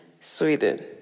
Sweden